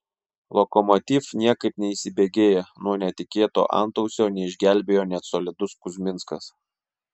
lokomotiv niekaip neįsibėgėja nuo netikėto antausio neišgelbėjo net solidus kuzminskas